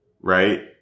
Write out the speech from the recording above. right